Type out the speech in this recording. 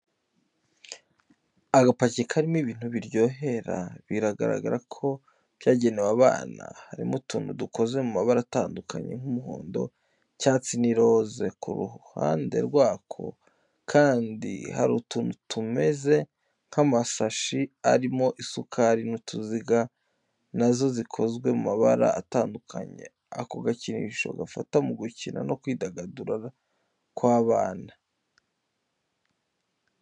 Agapaki karimo ibintu biryohera, bigaragara ko byagenewe abana, karimo utuntu dukoze mu mabara atandukanye nk'umuhondo, icyatsi n'iroze. Ku ruhande rwako kandi, hari utuntu tumeze nk'amasashi arimo isukari z'utuziga, na zo zikozwe mu mabara atandukanye. Ako gakinisho gafasha mu gukina no kwidagadura kw'abana.